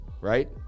right